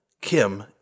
Kim